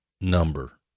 number